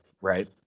right